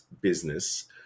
business